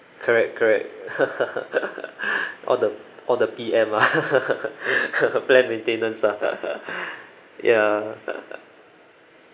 correct correct all the all the P_M ah planned maintenance ah ya